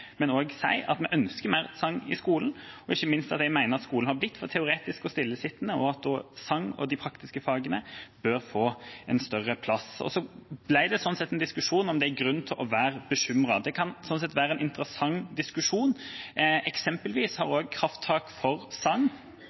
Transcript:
men også si at vi ønsker mer sang i skolen. Ikke minst mener jeg at skolen har blitt for teoretisk og stillesittende, og at sang og de praktiske fagene bør få en større plass. Sånn sett ble det en diskusjon om det er grunn til å være bekymret. Det kan være en interessant diskusjon. Eksempelvis har Krafttak for sang